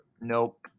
Nope